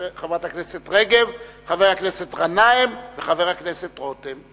חברת הכנסת רגב, חבר הכנסת גנאים וחבר הכנסת רותם,